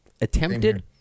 attempted